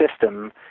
system